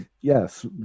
yes